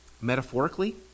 metaphorically